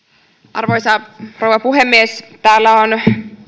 arvoisa rouva puhemies täällä on